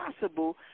possible